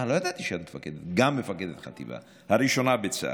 מה, לא ידעתי שאת גם מפקדת חטיבה, הראשונה בצה"ל,